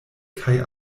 kaj